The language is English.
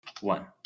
one